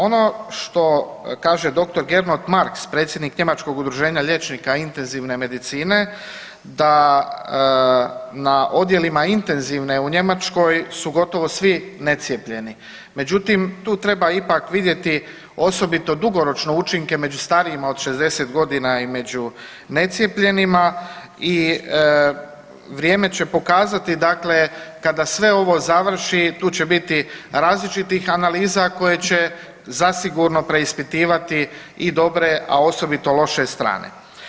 Ono što kaže dr. Gernot Marx, predsjednik Njemačkog udruženja liječnika intenzivne medicine da na odjelima intenzivne u Njemačkoj su gotovo svi necijepljeni, međutim tu treba ipak vidjet osobito dugoročno učinke, među starijim od 60 godina i među necijepljenima i vrijeme će pokazati dakle kada sve ovo završi, tu će biti različitih analiza koje će zasigurno preispitivati i dobre, a osobito loše strane.